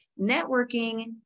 networking